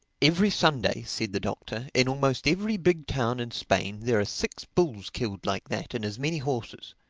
every sunday, said the doctor, in almost every big town in spain there are six bulls killed like that and as many horses.